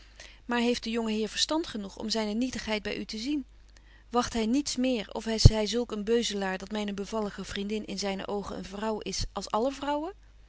maar heeft de jonge heer verstand genoeg om zyne nietigheid by u te zien wagt hy niets meer of is hy zulk een beuzelaar dat myne bevallige vriendin in zyne oogen eene vrouw is als alle vrouwen